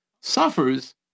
suffers